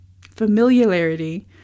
Familiarity